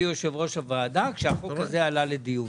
יושב ראש הוועדה עת החוק הזה עלה לדיון.